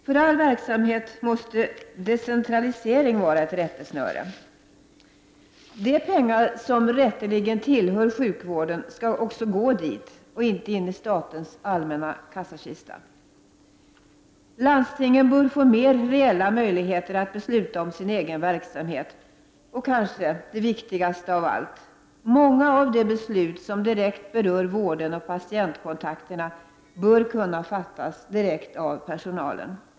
För all verksamhet måste decentralisering vara ett rättesnöre. De pengar som rätteligen tillhör sjukvården skall gå dit och inte in i statens allmänna kassakista. Landstingen bör få mer reella möjligheter att besluta om sin egen verksamhet. Och kanske det viktigaste av allt: många av de beslut som direkt berör vården och patientkontakterna bör kunna fattas av personalen.